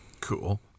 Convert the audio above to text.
cool